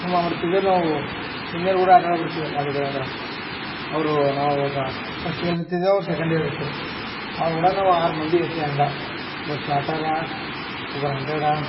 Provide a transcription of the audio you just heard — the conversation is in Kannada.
ಏನು ಮಾಡ್ಬಿಡ್ತಿದ್ದೆವು ನಾವು ಸೀನ್ಯರ್ ಗೂಡ ಆಟಾಡ್ಬಿಡ್ತಿದ್ದೆವ್ ವಾಲಿಬಾಲ್ ಅಂದ್ರೆನ್ ಅವರು ನಾವು ಅವಾಗ ಫಸ್ಟ್ ಇಯಾರ್ ಇರ್ತಿದ್ದೆ ಅವ್ರು ಸೆಕೆಂಡ್ ಇಯಾರ್ ಇದ್ರು ಅವ್ರ ಕೂಡ ನಾವು ಆರು ಮಂದಿ ಇರ್ತಿವಿ ಹಂಗೆ ಒಬ್ರು ಶಾರ್ಟ್ರರ ಒಬ್ರು ಹಂಡ್ರೆಡಾ